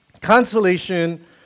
Consolation